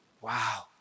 Wow